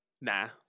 Nah